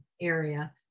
area